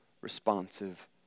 responsive